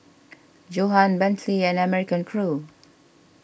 Johan Bentley and American Crew